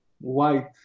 white